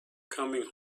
coming